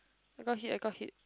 I got it I got hit